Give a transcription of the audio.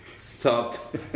Stop